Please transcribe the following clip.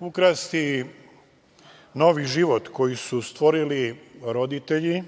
Ukrasti novi život, koji su stvorili roditelji,